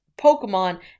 Pokemon